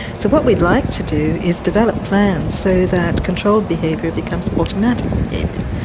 so what we'd like to do is develop plans so that controlled behaviour becomes automatic behaviour.